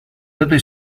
этой